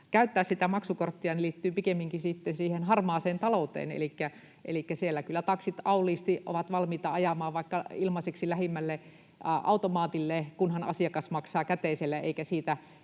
käyttää sitä maksukorttia, liittyy pikemminkin harmaaseen talouteen. Elikkä siellä kyllä taksit ovat auliisti valmiita ajamaan vaikka ilmaiseksi lähimmälle automaatille, kunhan asiakas maksaa käteisellä